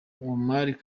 muammar